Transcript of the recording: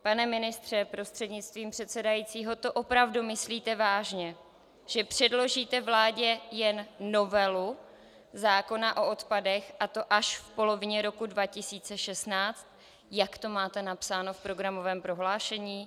Pane ministře prostřednictvím předsedajícího, to opravdu myslíte vážně, že předložíte vládě jen novelu zákona o odpadech, a to až v polovině roku 2016, jak to máte napsáno v programovém prohlášení?